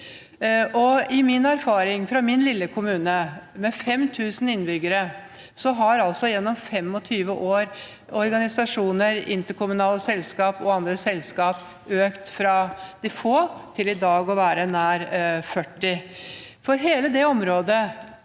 I min erfaring, fra min lille kommune med 5 000 innbyggere, har gjennom 25 år organisasjoner, interkommunale selskap og andre selskap økt fra de få til i dag å være nær 40. I hele det området